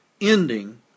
ending